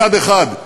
מצד אחד,